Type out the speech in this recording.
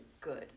good